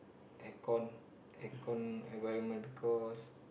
aircon aircon environment because